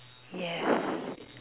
yes